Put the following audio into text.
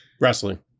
Wrestling